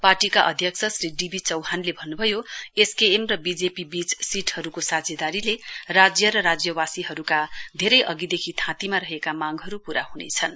पार्टीका अध्यक्ष Shri D B चौहानले भन्नुभयो एसकेएम र बिजेपी बीच सीटहरूको साझेदारीले राज्य र राज्यवासीहरूका धेरै अधिदेखि थाँतीमा रहेका मांगहरू पूरा हनेछन्